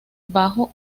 bajo